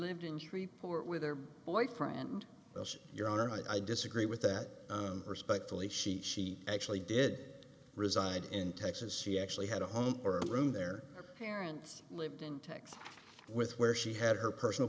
lived in shreveport with her boyfriend yes your honor i disagree with that respectfully she she actually did reside in texas she actually had a home or a room there are parents lived in texas with where she had her personal